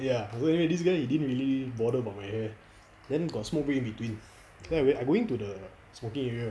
ya anyway this guy didn't really bother about my hair then got smoke break in between then I re~ then I going to the smoking area